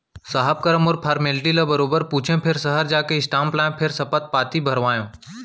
साहब करा मोर फारमेल्टी ल बरोबर पूछें फेर सहर जाके स्टांप लाएँ फेर सपथ पाती भरवाएंव